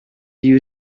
you